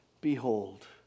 behold